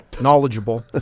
knowledgeable